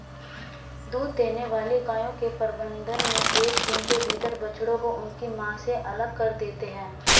दूध देने वाली गायों के प्रबंधन मे एक दिन के भीतर बछड़ों को उनकी मां से अलग कर देते हैं